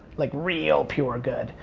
like real pure good.